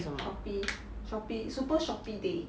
shopee shopee super shopee day